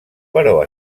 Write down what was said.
però